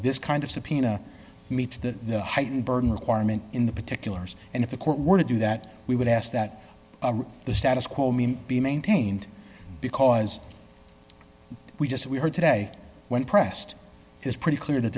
this kind of subpoena meets the heightened burden requirement in the particulars and if the court were to do that we would ask that the status quo mean be maintained because we just we heard today when pressed is pretty clear that